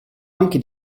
anche